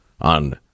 on